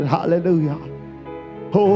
Hallelujah